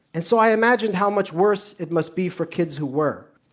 and so, i imagined how much worse it must be for kids who were.